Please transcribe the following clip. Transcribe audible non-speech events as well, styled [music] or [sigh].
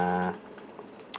uh [noise]